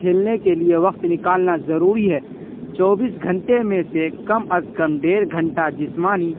کھیلنے کے لیے وقت نکالنا ضروری ہے چوبیس گھنٹے میں سے کم از کم ڈیڑھ گھنٹہ جسمانی